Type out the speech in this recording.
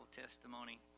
testimony